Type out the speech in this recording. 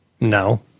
No